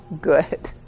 good